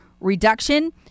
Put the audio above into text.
reduction